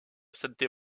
santé